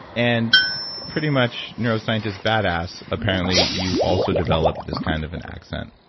and pretty much neuroscientist badass apparently you also develop this kind of an accent.